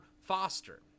Foster